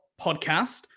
Podcast